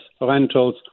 rentals